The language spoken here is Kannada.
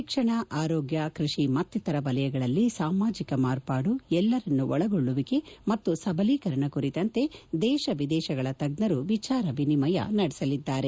ಶಿಕ್ಷಣ ಆರೋಗ್ಲ ಕೃಷಿ ಮತ್ತಿತರ ವಲಯಗಳಲ್ಲಿ ಸಾಮಾಜಿಕ ಮಾರ್ಪಾಡು ಎಲ್ಲರನ್ನೊಳಗೊಳ್ಳುವಿಕೆ ಮತ್ತು ಸಬಲೀಕರಣ ಕುರಿತಂತೆ ದೇಶ ವಿದೇಶಗಳ ತಜ್ಞರು ವಿಚಾರ ವಿನಿಮಯ ನಡೆಸುವರು